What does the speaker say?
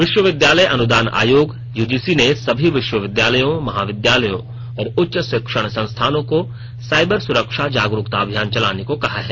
विश्वविद्यालय अनुदान आयोग यूजीसी ने सभी विश्वविद्यालयों महाविद्यालयों और उच्च शिक्षण संस्थानों को साइबर सुरक्षा जागरुकता अभियान चलाने को कहा है